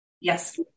Yes